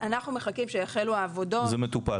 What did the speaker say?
אנחנו מחכים שיחלו העבודות.